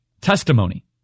testimony